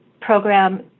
program